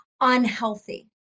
unhealthy